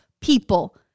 people